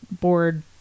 board